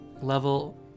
level